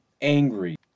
angry